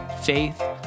faith